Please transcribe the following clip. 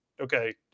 Okay